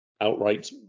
outright